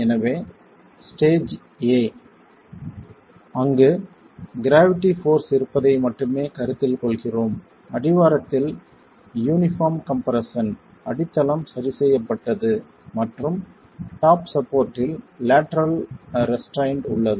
எனவே stage a அங்கு gravity force இருப்பதை மட்டுமே கருத்தில் கொள்கிறோம் அடிவாரத்தில் யூனிபார்ம் கம்ப்ரெஸ்ஸன் அடித்தளம் சரி செய்யப்பட்டது மற்றும் டாப் சப்போர்ட்டில் லேட்டரல் ரெஸ்ட்ரைன்ட் உள்ளது